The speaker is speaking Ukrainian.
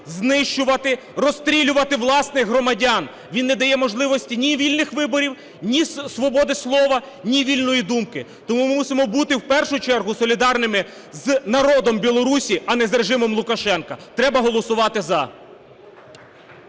знищувати, розстрілювати власних громадян. Він не дає можливості ні вільних виборів, ні свободи слова, ні вільної думки. Тому ми мусимо бути в першу чергу солідарними з народом Білорусі, а не з режимом Лукашенка. Треба голосувати "за".